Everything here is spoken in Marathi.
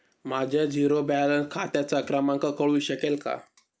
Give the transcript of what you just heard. माझ्या झिरो बॅलन्स खात्याचा क्रमांक कळू शकेल का?